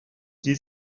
sie